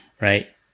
right